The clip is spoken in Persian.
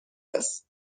است